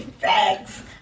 Thanks